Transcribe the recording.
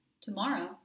tomorrow